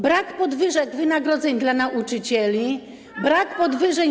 Brak podwyżek wynagrodzeń dla nauczycieli, brak podwyżek płac.